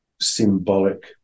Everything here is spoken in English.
symbolic